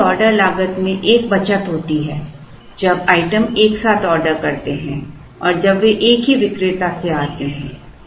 अब कुल ऑर्डर लागत में एक बचत होती है जब आइटम एक साथ ऑर्डर करते हैं और जब वे एक ही विक्रेता से आते हैं